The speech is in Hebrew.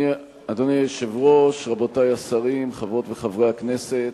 אדוני היושב-ראש, רבותי השרים, חברות וחברי הכנסת,